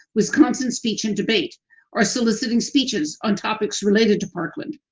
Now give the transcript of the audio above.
wisconsin speech and debate are soliciting speeches on topics related to parkland.